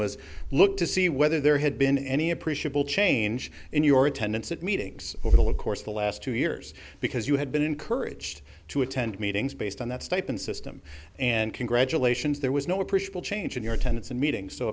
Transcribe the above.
was look to see whether there had been any appreciable change in your attendance at meetings over the course the last two years because you had been encouraged to attend meetings based on that stipend system and congratulations there was no appreciable change in your attendance and meetings so